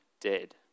dead